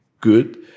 good